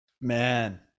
Man